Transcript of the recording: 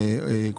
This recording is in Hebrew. למשל